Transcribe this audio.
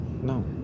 No